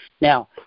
Now